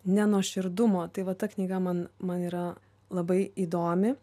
nenuoširdumo tai va ta knyga man man yra labai įdomi